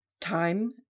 Time